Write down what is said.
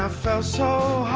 ah fell so